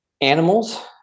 animals